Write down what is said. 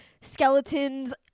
skeletons